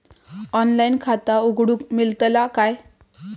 Online खाता उघडूक मेलतला काय?